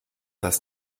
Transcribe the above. das